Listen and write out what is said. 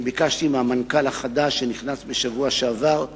אני ביקשתי מהמנכ"ל החדש, שנכנס בשבוע שעבר,